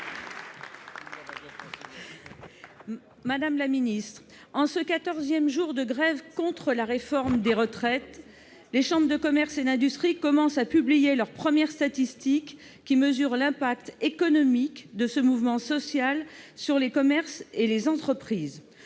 en ce quatorzième jour de grève contre la réforme des retraites, les chambres de commerce et d'industrie (CCI) commencent à publier leurs premières statistiques mesurant l'impact économique de ce mouvement social sur les commerces et les entreprises.